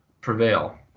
prevail